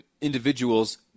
individuals